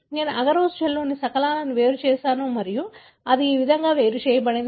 నేను అగరోస్ జెల్లోని శకలాలను వేరు చేశాను మరియు అది ఈ విధంగా వేరు చేయబడింది